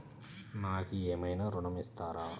నాకు ఏమైనా ఋణం ఇస్తారా?